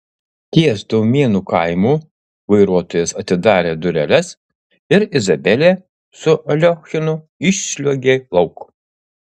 ties daumėnų kaimu vairuotojas atidarė dureles ir izabelė su aliochinu išsliuogė lauk